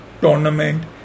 tournament